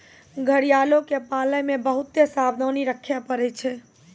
घड़ियालो के पालै मे बहुते सावधानी रक्खे पड़ै छै